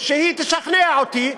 שהיא תשכנע אותי,